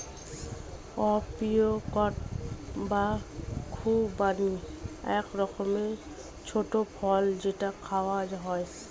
apricot বা খুবানি এক রকমের ছোট্ট ফল যেটা খাওয়া হয়